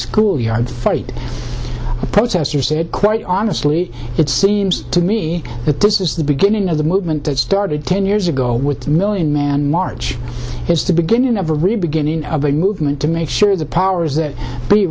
schoolyard fight protester said quite honestly it seems to me that this is the beginning of the movement that started ten years ago with the million man march has the beginning of a real beginning of a movement to make sure the powers that be